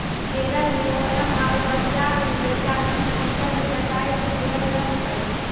केरल में ओनम आउ पंजाब में बैसाखी भी फसल के कटाई से जुड़ल पर्व हइ